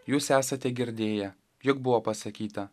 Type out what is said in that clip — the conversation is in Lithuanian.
jūs esate girdėję jog buvo pasakyta